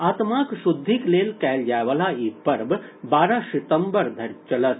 आत्माक शुद्धिक लेल कयल जाय वला ई पर्व बारह सितम्बर धरि चलत